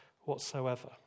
whatsoever